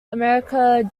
american